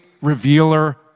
revealer